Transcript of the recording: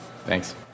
Thanks